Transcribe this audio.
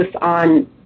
on